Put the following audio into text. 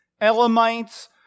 Elamites